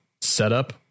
setup